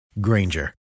Granger